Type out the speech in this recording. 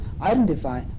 identify